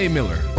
Miller